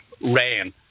rain